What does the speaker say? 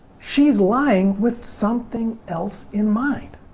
she's lying with something else in mind.